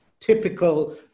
typical